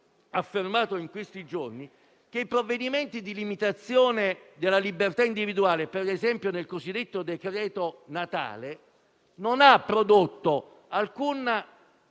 affermato in questi giorni - che i provvedimenti di limitazione della libertà individuale - mi riferisco, per esempio, al cosiddetto decreto Natale - non hanno prodotto alcun